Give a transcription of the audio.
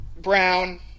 Brown